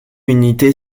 unité